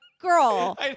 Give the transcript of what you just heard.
girl